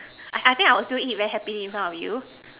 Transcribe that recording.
I I think I will still eat very happily in front of you